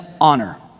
honor